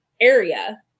area